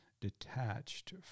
detached